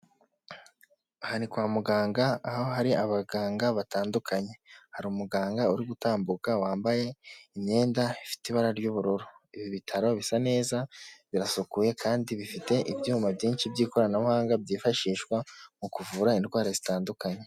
Aha ni kwa muganga aho hari abaganga batandukanye, hari umuganga uri gutambuka wambaye imyenda ifite ibara ry'ubururu, ibi bitaro bisa neza, birasukuye kandi bifite ibyuma byinshi by'ikoranabuhanga byifashishwa mu kuvura indwara zitandukanye.